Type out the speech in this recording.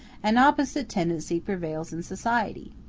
an opposite tendency prevails in society.